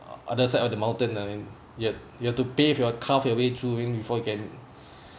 other side of the mountain lah I mean you have you have to pave your carve your way through I mean before you can